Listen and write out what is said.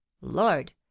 lord